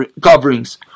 coverings